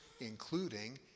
including